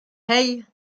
hey